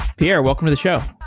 pierre, welcome to the show.